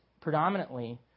predominantly